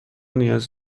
نیاز